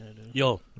Yo